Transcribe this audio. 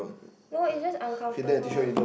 no it's just uncomfortable